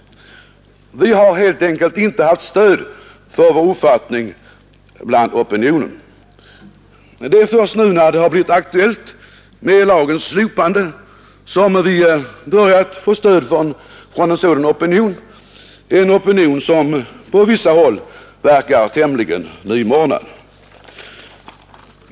Vi har helt enkelt inte haft stöd bland opinionen för vår uppfattning. Det är först nu när det blivit aktuellt med lagens slopande som vi börjat få stöd av en sådan opinion, en opinion som på vissa håll verkar tämligen nymornad.